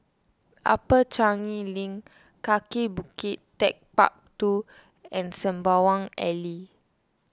Upper Changi Link Kaki Bukit Techpark two and Sembawang Alley